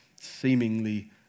seemingly